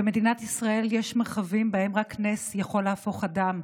במדינת ישראל יש מרחבים שבהם רק נס יכול להפוך אדם,